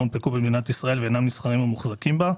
הונפקו במדינת ישראל ואינם נסחרים או מוחזקים בה.